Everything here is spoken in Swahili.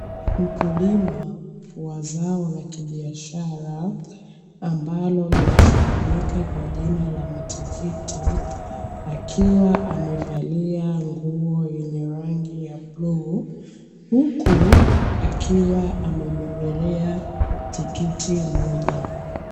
Mkulima wa zao la biashara ambalo linafahakika kwa lugha ya matikiti, akiwa amevalia nguo yenye rangi ya bluu, huku akiwa amebebelea tikiti moja .